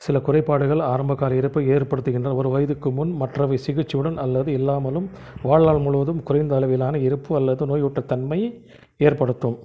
சில குறைபாடுகள் ஆரம்பகால இறப்பை ஏற்படுத்துகின்றன ஒரு வயதிற்கு முன் மற்றவை சிகிச்சையுடன் அல்லது இல்லாமலும் வாழ்நாள் முழுவதும் குறைந்த அளவிலான இறப்பு அல்லது நோயுற்ற தன்மை ஏற்படுத்தும்